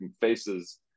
faces